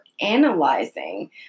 analyzing